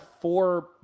four